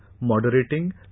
moderating